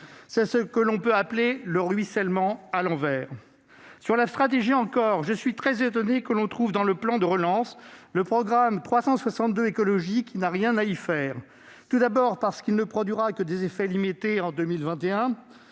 C'est ce que l'on peut appeler le ruissellement à l'envers ! Toujours en matière de stratégie, je suis très étonné que l'on trouve dans la mission « Plan de relance » le programme 362, « Écologie », qui n'a rien à y faire. Tout d'abord parce qu'il ne produira que des effets limités en 2021